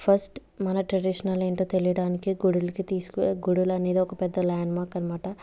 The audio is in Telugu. ఫస్ట్ మన ట్రెడిషనల్ ఏంటో తెలియడానికి గుడులకి తీసుకువె గుడులు అనేది ఒక పెద్ద ల్యాండ్ మార్క్ అనమాట